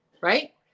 right